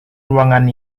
ruangan